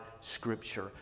Scripture